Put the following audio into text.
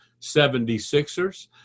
76ers